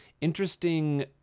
interesting